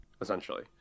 essentially